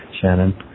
Shannon